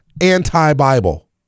anti-Bible